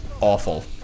awful